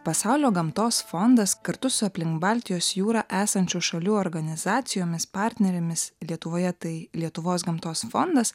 pasaulio gamtos fondas kartu su aplink baltijos jūrą esančių šalių organizacijomis partnerėmis lietuvoje tai lietuvos gamtos fondas